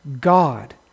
God